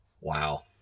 wow